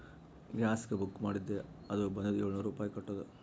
ಗ್ಯಾಸ್ಗ book ಮಾಡಿದ್ದೆ ಅದು ಬಂದುದ ಏಳ್ನೂರ್ ರುಪಾಯಿ ಕಟ್ಟುದ್